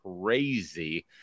crazy